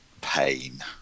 pain